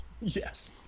Yes